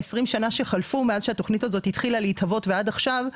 ב-20 שנה שחלפו מאז שהתוכנית זאת התחילה להתהוות ועד עכשיו,